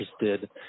interested